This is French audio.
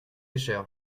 cher